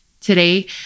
today